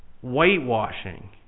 Whitewashing